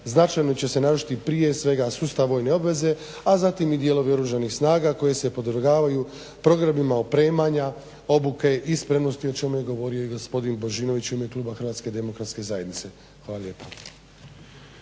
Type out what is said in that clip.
značajno će se narušiti prije svega sustav vojne obaveze, a zatim i dijelovi Oružanih snaga koji se podvrgavaju programima opremanja, obuke i spremnosti o čemu je govorio i gospodin Božinović u ime kluba HDZ-a. Hvala lijepa.